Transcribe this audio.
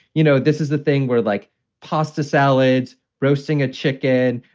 you know, this is the thing where like pasta salads roasting a chicken,